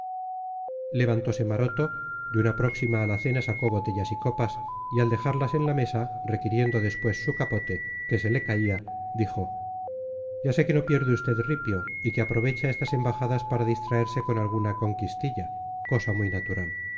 copita levantose maroto de una próxima alacena sacó botella y copas y al dejarlas en la mesa requiriendo después su capote que se le caía dijo ya sé que no pierde usted ripio y que aprovecha estas embajadas para distraerse con alguna conquistilla cosa muy natural